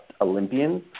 Olympians